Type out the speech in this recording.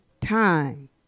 time